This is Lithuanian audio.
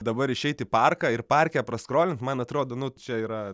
dabar išeit į parką ir parke praskrolint man atrodo nu čia yra